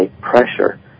pressure